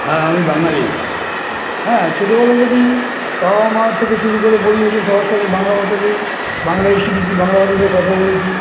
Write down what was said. হ্যাঁ আমি বাঙালি হ্যাঁ ছোটবেলা থেকেই বাবা মার থেকে শুরু করে পরিবেশে সবার সাথে বাংলা ভাষাতেই বাংলাই শিখেছি বাংলা ভাষাতেই কথা বলেছি